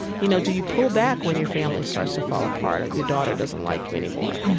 you know, do you pull back when your family starts to fall apart or your daughter doesn't like you anymore?